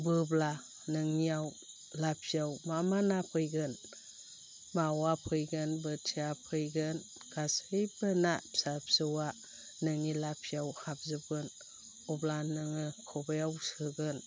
बोब्ला नोंनियाव लाफियाव मा मा ना फैगोन मावा फैगोन बोथिया फैगोन गासैबो ना फिसा फिसौवा नोंनि लाफियाव हाबजोबगोन अब्ला नोङो खबायाव सोगोन